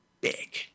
Big